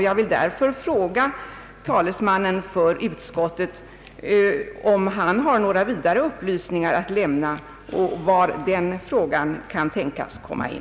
Jag vill därför fråga talesmannen för utskottet om han har några vidare upplysningar att lämna och var den här frågan kan tänkas komma in.